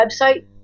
website